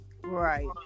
right